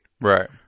Right